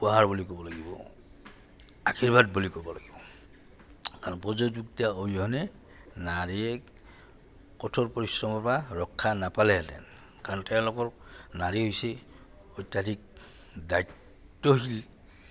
উপহাৰ বুলি ক'ব লাগিব আশীৰ্বাদ বুলি ক'ব লাগিব কাৰণ অবিহনে নাৰীয়ে কঠোৰ পৰিশ্ৰমৰ পৰা ৰক্ষা নাপালেহেঁতেন কাৰণ তেওঁলোকৰ নাৰী হৈছে অত্যাধিক দায়িত্বশীল